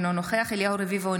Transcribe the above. אינו נוכח אליהו רביבו,